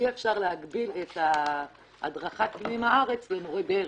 אי-אפשר להגביל את ההדרכה בפנים הארץ למורי דרך.